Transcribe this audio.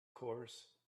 course